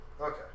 Okay